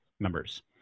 members